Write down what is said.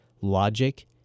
logic